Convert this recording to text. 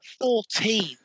Fourteen